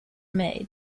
made